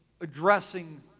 addressing